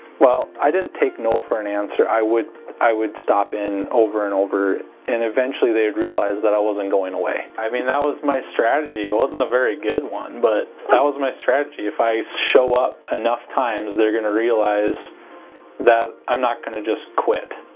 well i didn't take no for an answer i would i would stop in over and over and eventually they'd realize that i wasn't going away, i mean that was my strategy, it wasn't a very good one but that was my strategy, if i show up enough times they're going to realize that i'm not going to just quit.